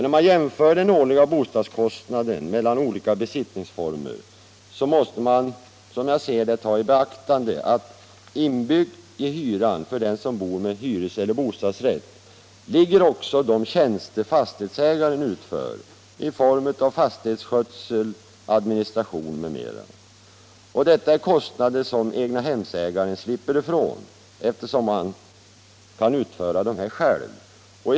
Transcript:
När man jämför den årliga bostadskostnaden mellan olika besittningsformer måste man ta i beaktande att inbyggd i hyran för dem som bor med hyreseller bostadsrätt ligger kostnaden för de tjänster fastighetsägaren utför i form av fastighetsskötsel, administration m.m. Detta är kostnader som egnahemsägaren slipper ifrån, eftersom han utför dessa tjänster själv.